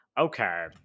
Okay